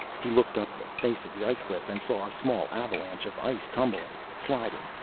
he looked up the face of the ice cliff and saw a small avalanche of ice tumbling, sliding,